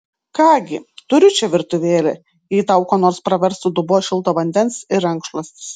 ką gi turiu čia virtuvėlę jei tau kuo nors praverstų dubuo šilto vandens ir rankšluostis